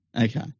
Okay